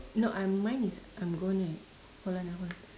no um mine is I'm gonna hold on ah hold on